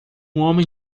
homem